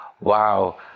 Wow